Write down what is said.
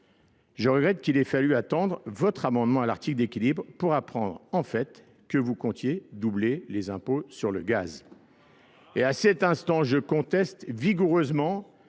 je regrette qu'il ait fallu attendre votre amendement à l'article d'équilibre pour apprendre en fait que vous comptiez doubler les impôts sur le gaz. Et à cet instant, je conteste vigoureusement